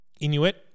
Inuit